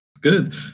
good